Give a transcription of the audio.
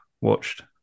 watched